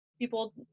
people